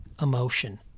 emotion